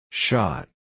Shot